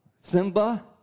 Simba